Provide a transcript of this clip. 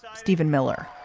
so stephen miller.